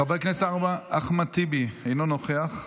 חבר הכנסת אחמד טיבי, אינו נוכח,